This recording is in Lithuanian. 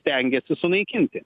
stengiasi sunaikinti